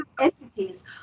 entities